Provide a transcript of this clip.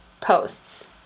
posts